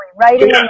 right